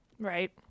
right